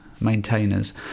maintainers